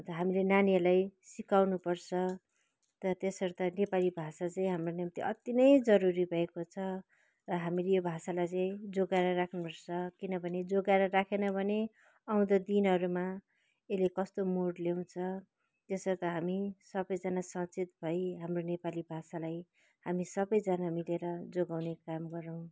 हामीले नानीहरूलाई सिकाउनुपर्छ त्यसर्थ नेपाली भाषा चाहिँ हाम्रो निम्ति अति नै जरुरी भएको छ र हामीले यो भाषालाई चाहिँ जोगाएर राख्नुपर्छ किनभने जोगाएर राखेन भने आउँदो दिनहरूमा यसले कस्तो मोड ल्याउँछ त्यसर्थ हामी सबैजना सचेत भई हाम्रो नेपाली भाषालाई हामी सबैजना मिलेर जोगाउने काम गरौँ